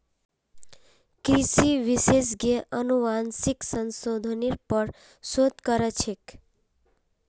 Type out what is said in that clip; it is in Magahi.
कृषि विशेषज्ञ अनुवांशिक संशोधनेर पर शोध कर छेक